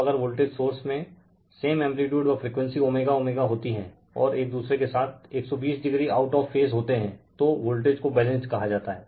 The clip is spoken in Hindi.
अब अगर वोल्टेज सोर्स में सेम एम्पलीटयूड व फ्रीक्वेंसी होती हैं और एक दुसरे के साथ 120o आउट ऑफ़ फेज होते हैं तो वोल्टेज को बैलेंस्ड कहा जाता हैं